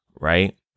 right